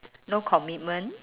no commitment